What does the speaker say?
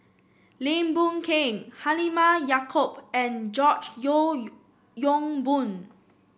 Lim Boon Keng Halimah Yacob and George Yeo Yong Boon